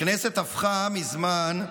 הכנסת הפכה מזמן,